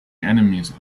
enemies